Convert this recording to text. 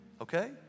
Okay